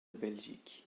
belgique